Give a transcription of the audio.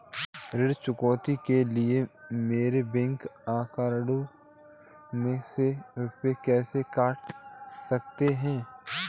ऋण चुकौती के लिए मेरे बैंक अकाउंट में से रुपए कैसे कट सकते हैं?